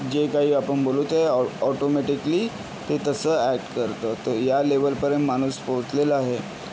जे काही आपण बोलू ते ऑटो ऑटोमॅटिकली ते तसं ॲक्ट करतं तर या लेवलपर्यंत माणूस पोहचलेला आहे